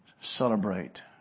celebrate